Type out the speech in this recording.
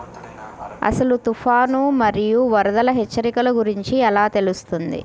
అసలు తుఫాను మరియు వరదల హెచ్చరికల గురించి ఎలా తెలుస్తుంది?